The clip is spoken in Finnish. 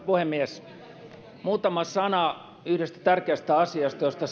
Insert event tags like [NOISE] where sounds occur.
[UNINTELLIGIBLE] puhemies muutama sana yhdestä tärkeästä asiasta josta [UNINTELLIGIBLE]